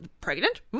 Pregnant